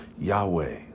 Yahweh